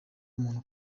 umuntu